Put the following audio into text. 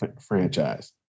franchise